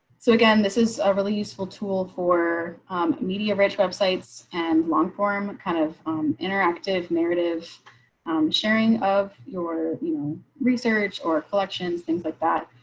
so again this is a really useful tool for media rich websites and long form kind of interactive narrative sharing of your research or collections, things like that.